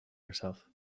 herself